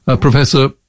Professor